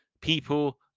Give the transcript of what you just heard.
people